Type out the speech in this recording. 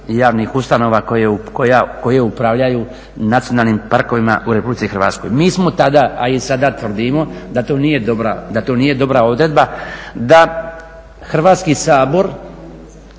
javnih ustanova koje upravljaju nacionalnim parkovima u RH. Mi smo tada, a i sada tvrdimo da to nije dobra odredba da Hrvatski sabor